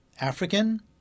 African